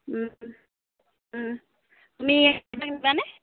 তুমি